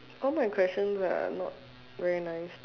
all my questions are not very nice